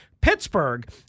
Pittsburgh